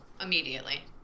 Immediately